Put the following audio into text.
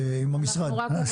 זה עם המשרד.